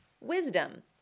Wisdom